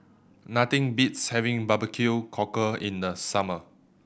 nothing beats having bbq cockle in the summer